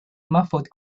muffled